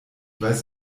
weiß